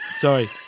Sorry